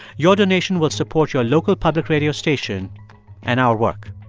your donation will support your local public radio station and our work